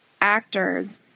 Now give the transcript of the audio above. actors